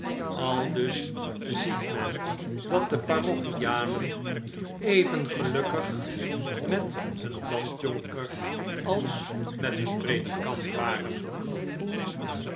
aldus ziet men dat de parochianen even gelukkig met hun landjonker als met hun predikant waren